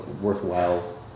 worthwhile